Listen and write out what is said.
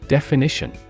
Definition